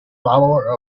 follower